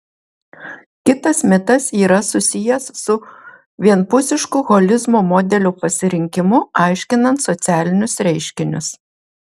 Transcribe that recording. kitas mitas yra susijęs su vienpusišku holizmo modelio pasirinkimu aiškinant socialinius reiškinius